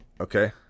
Okay